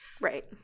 Right